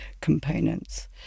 components